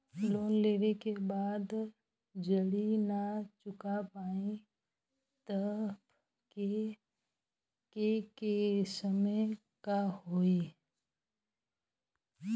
Loan लेवे के बाद जड़ी ना चुका पाएं तब के केसमे का होई?